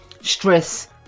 Stress